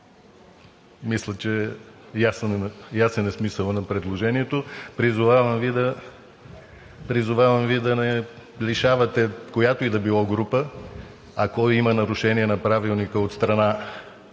Мисля, че смисълът на предложението е ясен. Призовавам Ви да не лишавате която и да била група, ако има нарушение на Правилника от страна